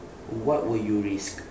what will you risk